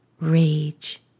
rage